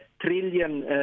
trillion